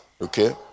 okay